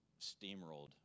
steamrolled